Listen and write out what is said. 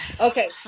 Okay